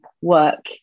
work